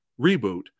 reboot